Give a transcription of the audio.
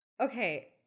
Okay